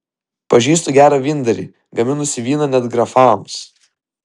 pažįstu gerą vyndarį gaminusi vyną net grafams